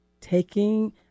taking